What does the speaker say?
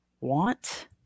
want